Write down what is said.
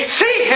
see